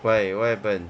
why what happened